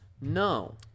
No